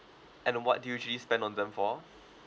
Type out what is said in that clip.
and uh what do you usually spend on them for